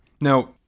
Now